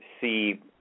see